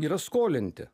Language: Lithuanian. yra skolinti